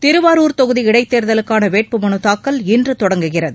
திருவாரூர் தொகுதி இடைத்தேர்தலுக்கான வேட்புமனு தாக்கல் இன்று தொடங்குகிறது